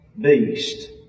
beast